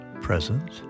present